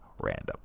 random